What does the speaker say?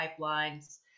pipelines